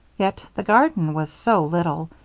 yet the garden was so little,